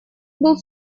был